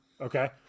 Okay